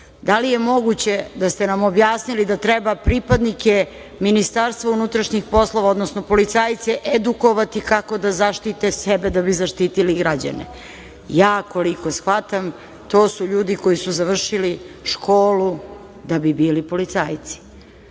da li je moguće da ste nam objasnili da treba pripadnike MUP, odnosno policajce edukovati kako da zaštite sebe da bi zaštitili građane? Ja koliko shvatam, to su ljudi koji su završili školu da bi bili policajci. Ako